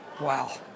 Wow